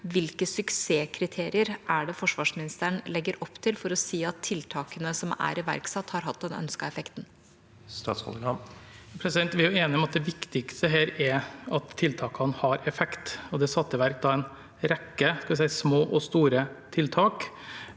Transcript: hvilke suksesskriterier er det forsvarsministeren legger opp til for å si at tiltakene som er iverksatt, har hatt den ønskede effekten? Statsråd Bjørn Arild Gram Vi er enige om at det viktigste er at tiltakene har effekt, og det er satt i verk en rekke små og store tiltak.